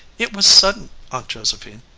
it was sudden, aunt josephine.